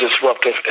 disruptive